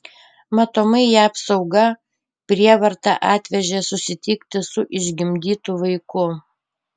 matomai ją apsauga prievarta atvežė susitikti su išgimdytu vaiku